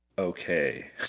okay